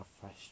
fresh